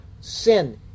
sin